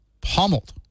pummeled